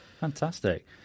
Fantastic